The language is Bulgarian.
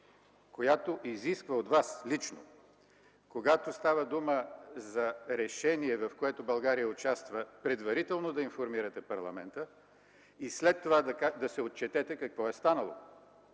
която изисква от Вас лично, когато става дума за решение, в което България участва, предварително да информирате парламента и след това да се отчетете какво е станало.